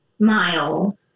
Smile